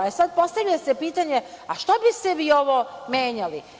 Postavlja se pitanje - a što biste vi ovo menjali?